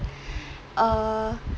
uh